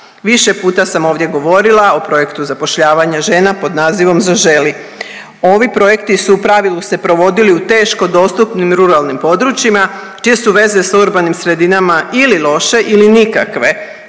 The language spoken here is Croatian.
Više puta sam ovdje govorila o projektu zapošljavanja žena pod nazivom „Zaželi“, ovi projekti su u pravilu se provodi u teško dostupnim ruralnim područjima čije su veze s urbanim sredinama ili loše ili nikakve